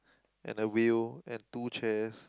and the wheel and two chairs